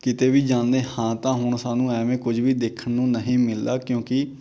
ਕਿਤੇ ਵੀ ਜਾਂਦੇ ਹਾਂ ਤਾਂ ਹੁਣ ਸਾਨੂੰ ਐਵੇਂ ਕੁਝ ਵੀ ਦੇਖਣ ਨੂੰ ਨਹੀਂ ਮਿਲਦਾ ਕਿਉਂਕਿ